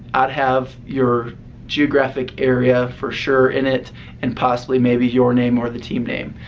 i'd have your geographic area for sure in it and possibly maybe your name or the team name.